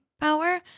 power